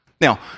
Now